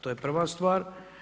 To je prva stvar.